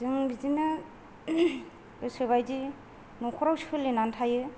जों बिदिनो गोसोबायदि न'खराव सोलिनानै थायो